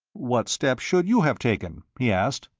what steps should you have taken? he asked.